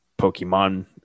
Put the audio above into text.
Pokemon